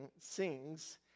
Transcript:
sings